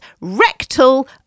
rectal